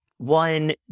one